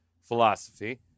philosophy